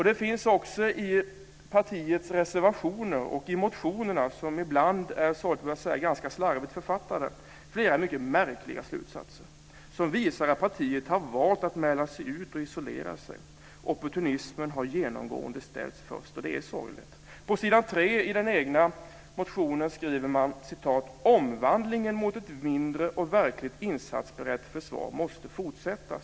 Det finns också i partiets reservationer, och i motionerna som ibland, sorgligt att säga, är ganska slarvigt författade, flera mycket märkliga slutsatser som visar att partiet har valt att mäla sig ur och isolera sig. Opportunismen har genomgående ställts först, och det är sorgligt. "omvandlingen mot ett mindre och verkligt insatsberett försvar måste fortsätta".